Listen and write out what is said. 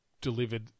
delivered